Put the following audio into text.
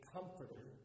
Comforter